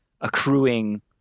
accruing